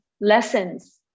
lessons